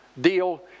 deal